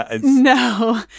No